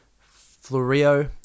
Florio